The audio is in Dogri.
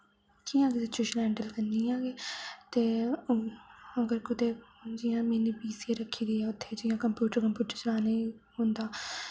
कियां सिचुएशन हैंडल करनी इ'यां ते अगर कुत्थें जियां मिगी बी सी रखी दी ऐ उत्थे जियां कम्प्युटर चलाने गी औंदा